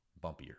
bumpier